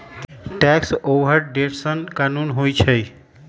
tax avoidance कानूनी होइ छइ